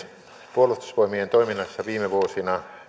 puolustusvoimien toiminnassa viime vuosina